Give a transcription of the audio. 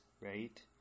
right